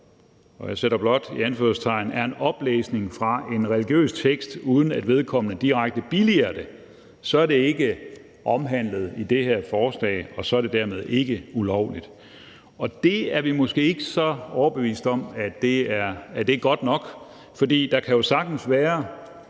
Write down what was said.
og jeg sætter blot i anførselstegn – er en oplæsning fra en religiøs tekst, uden at vedkommende direkte billiger det, så er det ikke omfattet af det her forslag, og så er det dermed ikke ulovligt. Det er vi måske ikke så overbevist om er godt nok, for der kan jo sagtens være